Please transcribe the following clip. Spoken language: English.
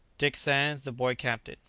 dick sands the boy captain.